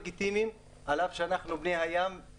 איזה אינטרסים יש להם?